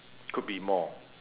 could be more